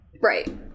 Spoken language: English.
Right